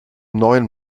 neuen